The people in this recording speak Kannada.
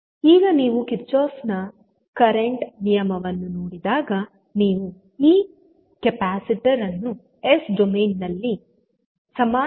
ಈಗ ನೀವು ಕಿರ್ಚಾಫ್ ನ ಕರೆಂಟ್ Kirchoff's current ನಿಯಮವನ್ನು ನೋಡಿದಾಗ ನೀವು ಈ ಕೆಪಾಸಿಟರ್ ಅನ್ನು ಎಸ್ ಡೊಮೇನ್ ನಲ್ಲಿ ಸಮಾನವಾಗಿ ಪರಿವರ್ತಿಸಬೇಕು ಎಂದರ್ಥ